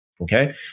Okay